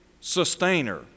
sustainer